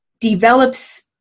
develops